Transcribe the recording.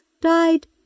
died